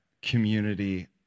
Community